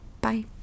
bye